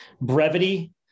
brevity